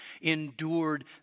endured